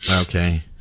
okay